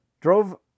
Drove